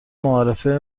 معارفه